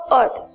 earth